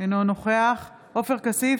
אינו נוכח עופר כסיף,